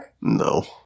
No